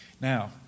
Now